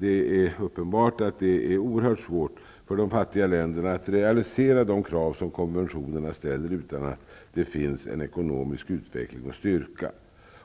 Det är uppenbart att det är oerhört svårt för de fattiga länderna att realisera de krav som konventionerna ställer om det inte finns en ekonomisk utveckling och styrka.